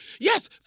Yes